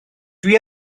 dwi